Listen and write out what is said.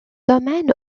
domaine